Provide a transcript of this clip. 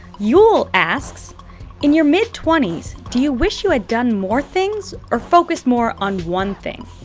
yule asks in your mid-twenties, do you wish you had done more things or focused more on one thing?